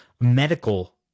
medical